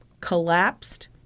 collapsed